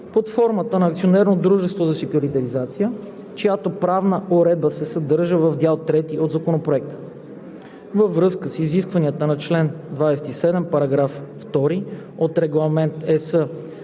под формата на акционерно дружество за секюритизация, чиято правна уредба се съдържа в дял трети от Законопроекта. Във връзка с изискванията на чл. 27, § 2 от Регламент (ЕС)